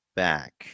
back